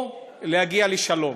או להגיע לשלום?